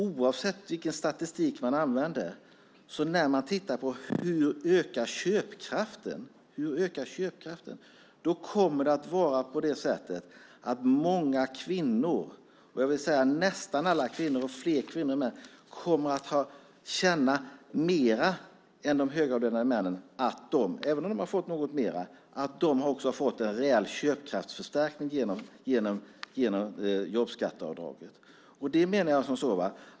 Oavsett vilken statistik vi använder när vi tittar på hur köpkraften ökar kommer det att vara på det sättet att många kvinnor - nästan alla kvinnor och fler kvinnor - kommer att känna, mer än de högavlönade männen även om de har fått något mer, att de har fått en rejäl köpkraftsförstärkning genom jobbskatteavdraget.